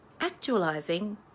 actualizing